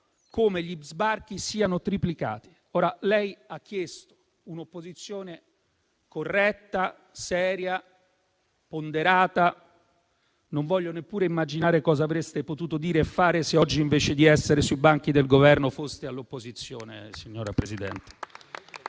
come gli sbarchi siano triplicati. Lei ha chiesto un'opposizione corretta, seria e ponderata: non voglio neppure immaginare che cosa avreste potuto dire e fare, se oggi, invece di essere sui banchi del Governo, foste stati all'opposizione, signora Presidente.